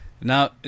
Now